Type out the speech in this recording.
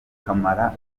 akamara